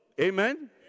Amen